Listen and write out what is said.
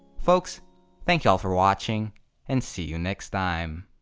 folks thank you all for watching and see you next time.